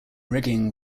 rigging